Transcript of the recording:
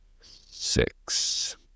six